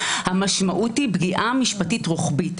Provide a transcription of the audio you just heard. המשמעות היא פגיעה משפטית רוחבית.